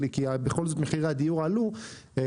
כי בכל זאת מחירי הדיור עלו,